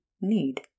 need